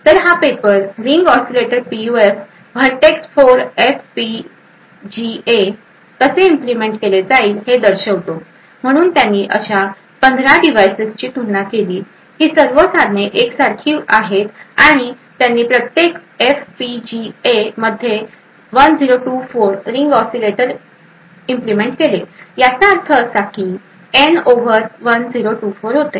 तर हा paper ring oscillator PUF Virtex 4 FPGA कसे इम्प्लिमेंट केले गेले हे दर्शवतो म्हणून त्यांनी अशा 15 डिव्हाइसेसची तुलना केली ही सर्व साधने अगदी एकसारखी आहेत आणि त्यांनी प्रत्येक एफपीजीए मध्ये 1024 रिंग ऑसीलेटर इम्प्लिमेंट केले याचा अर्थ असा की एन ओव्हर 1024 होते